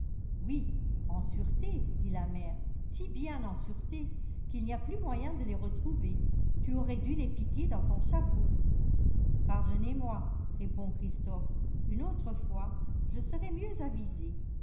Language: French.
oui en sûreté dit la mère si bien en sûreté qu'il n'y a plus moyen de les retrouver tu aurais dû les piquer dans ton chapeau pardonnez-moi répond christophe une autre fois je serai mieux avisé